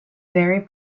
very